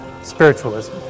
Spiritualism